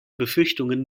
befürchtungen